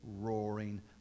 Roaring